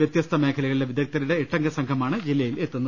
വൃത്യസ്ത മേഖലകളിലെ വിദഗ്ധരുടെ എട്ടംഗ സംഘമാണ് ജില്ലയിലെത്തുക